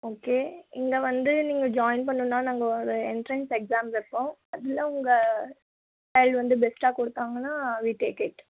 okay இங்கே வந்து நீங்கள் ஜாயின் பண்ணணுன்னால் நாங்கள் ஒரு எண்ட்ரன்ஸ் எக்ஸாம் வைப்போம் அதில் உங்கள் சைல்ட் வந்து பெஸ்ட்டாக கொடுத்தாங்கன்னா வீ டேக் இட்